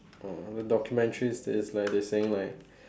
oh the documentary says like they saying like